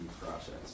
process